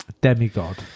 demigod